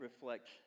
reflect